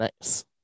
Nice